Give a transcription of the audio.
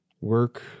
work